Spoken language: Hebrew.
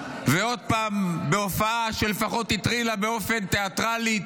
ועוד פעם בהופעה שלפחות הטרילה באופן תיאטרלי,